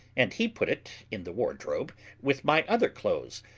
and he put it in the wardrobe with my other clothes.